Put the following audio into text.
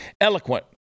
eloquent